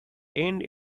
end